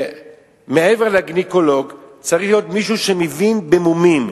מעבר לגינקולוג צריך להיות מישהו שמבין במומים.